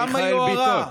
כמה יוהרה.